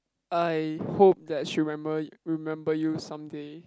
I hope that she remember remember you some day